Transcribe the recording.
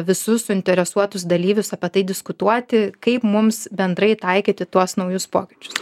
visus suinteresuotus dalyvius apie tai diskutuoti kaip mums bendrai taikyti tuos naujus pokyčius